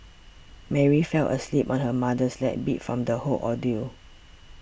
Mary fell asleep on her mother's lap beat from the whole ordeal